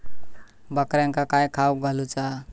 बकऱ्यांका काय खावक घालूचा?